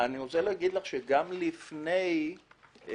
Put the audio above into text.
גם לפני 1990,